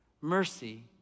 Mercy